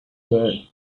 were